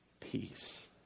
Peace